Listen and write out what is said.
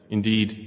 Indeed